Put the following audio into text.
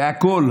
בהכול.